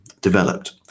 developed